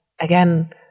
again